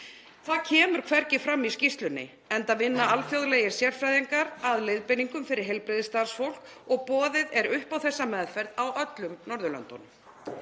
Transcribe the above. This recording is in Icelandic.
Það kemur hvergi fram í skýrslunni, enda vinna alþjóðlegir sérfræðingar að leiðbeiningum fyrir heilbrigðisstarfsfólk og boðið er upp á þessa meðferð á öllum Norðurlöndunum.